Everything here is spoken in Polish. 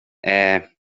eee